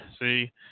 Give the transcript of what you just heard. See